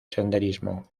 senderismo